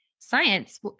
science